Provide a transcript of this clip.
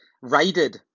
raided